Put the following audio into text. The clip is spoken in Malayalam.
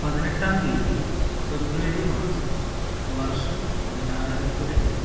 പതിനെട്ടാം തീയതി ഫെബ്രുവരി മാസം വർഷം രണ്ടായിരത്തിരണ്ട്